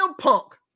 Punk